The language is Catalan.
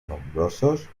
nombrosos